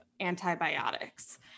antibiotics